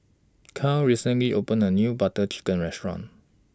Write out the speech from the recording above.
Karel recently opened A New Butter Chicken Restaurant